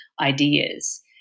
ideas